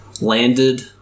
landed